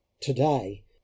today